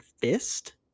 fist